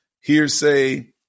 hearsay